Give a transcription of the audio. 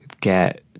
get